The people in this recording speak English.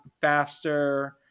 faster